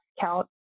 count